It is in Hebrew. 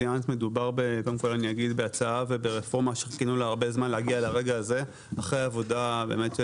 מדובר בהצעה וברפורמה שחיכינו לה הרבה זמן אחרי עבודה של